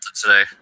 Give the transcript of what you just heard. today